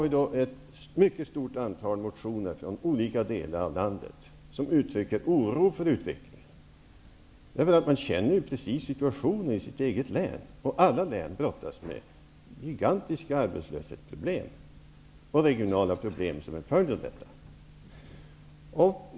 I ett mycket stort antal motioner från olika delar av landet uttrycker man oro för utvecklingen. Man känner precis till situationen i det egna länet, och alla län brottas med gigantiska arbetslöshetsproblem och regionala problem som en följd av dessa.